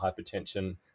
hypertension